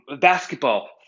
basketball